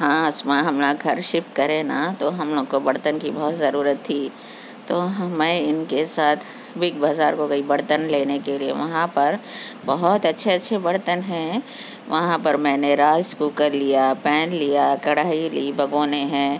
ہاں اسماء ہم یہاں گھر شفٹ کرے نا تو ہم لوگوں کو برتن کی بہت ضرورت تھی تو ہم میں ان کے ساتھ بگ بازار کو گئی برتن لینے کے لیے وہاں پر بہت اچھے اچھے برتن ہیں وہاں پر میں نے راز کوکر لیا پین لیا کڑھائی لی بگونے ہیں